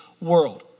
world